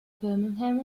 birmingham